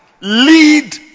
lead